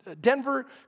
Denver